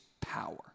power